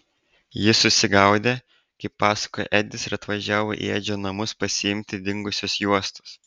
jis susigaudę kaip pasakojo edis ir atvažiavo į edžio namus pasiimti dingusios juostos